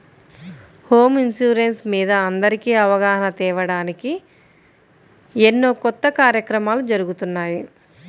home insurance మీద అందరికీ అవగాహన తేవడానికి ఎన్నో కొత్త కార్యక్రమాలు జరుగుతున్నాయి